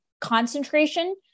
concentration